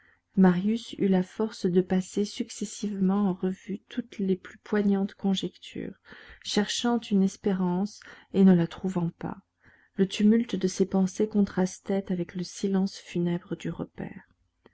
marius eut la force de passer successivement en revue toutes les plus poignantes conjectures cherchant une espérance et ne la trouvant pas le tumulte de ses pensées contrastait avec le silence funèbre du repaire